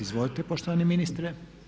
Izvolite poštovani ministre.